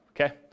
okay